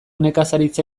nekazaritza